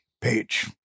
page